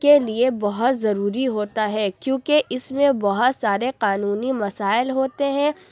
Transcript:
کے لیے بہت ضروری ہوتا ہے کیوں کہ اس میں بہت سارے قانونی مسائل ہوتے ہیں